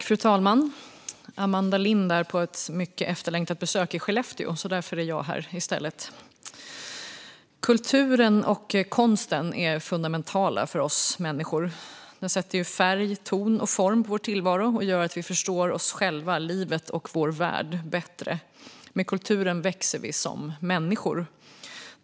Fru talman! Amanda Lind är på ett mycket efterlängtat besök i Skellefteå. Därför är jag här i stället. Kulturen och konsten är fundamentala för oss människor. Den sätter färg, ton och form på vår tillvaro och gör att vi förstår oss själva, livet och vår värld bättre. Med kulturen växer vi som människor.